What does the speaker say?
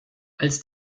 als